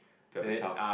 to have a child